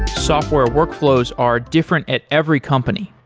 software workflows are different at every company.